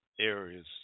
areas